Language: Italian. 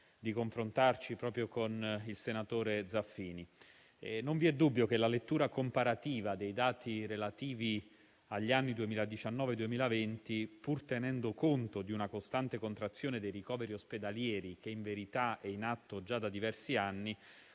di confrontarci anche proprio con il senatore Zaffini. Non vi è dubbio che la lettura comparativa dei dati relativi agli anni 2019 e 2020, pur tenendo conto di una costante contrazione dei ricoveri ospedalieri che in verità è in atto già da diversi anni,